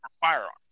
firearms